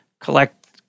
collect